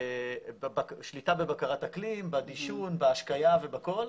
שליטה ובקרת אקלים, בדישון, בהשקיה ובכול.